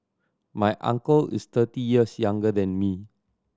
my uncle is thirty years younger than me